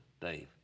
Dave